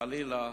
חלילה,